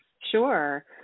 Sure